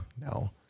no